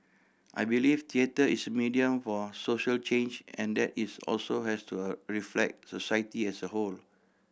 I believe theatre is medium for social change and that it's also has to reflect society as a whole